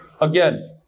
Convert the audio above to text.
Again